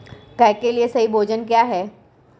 गाय के लिए सही भोजन क्या है?